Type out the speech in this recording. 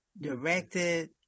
directed